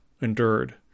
endured